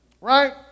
Right